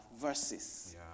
verses